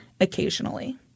occasionally